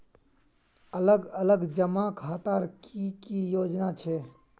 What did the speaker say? अलग अलग जमा खातार की की योजना छे?